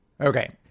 Okay